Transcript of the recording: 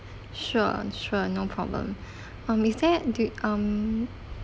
sure sure no problem um is there do um